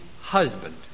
husband